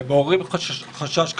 מעוררים חשש כבד.